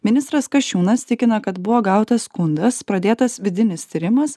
ministras kasčiūnas tikina kad buvo gautas skundas pradėtas vidinis tyrimas